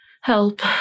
help